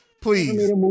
Please